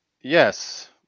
yes